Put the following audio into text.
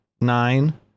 nine